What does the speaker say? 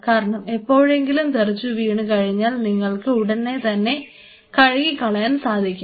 കാരണം എപ്പോഴെങ്കിലും തെറിച്ചു വീണു കഴിഞ്ഞാൽ നിങ്ങൾക്ക് ഉടൻതന്നെ അത് കഴുകി കളയാൻ സാധിക്കും